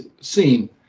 seen